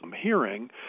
hearing